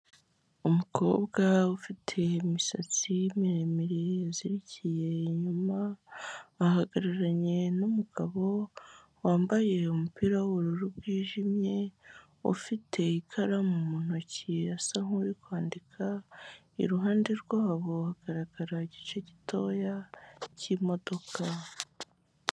Umukobwa ufite imisatsi miremire yazirikiye inyuma ahagararanye n'umugabo wambaye umupira w'ubururu bwijimye ufite ikaramu mu ntoki asa nkuri kwandika iruhande rwabo hagaragara igice gitoya cy'imodoka.